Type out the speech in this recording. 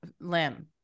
limb